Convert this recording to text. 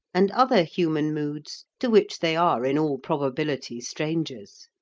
and other human moods to which they are in all probability strangers.